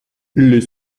les